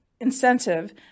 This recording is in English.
incentive